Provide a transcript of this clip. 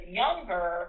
younger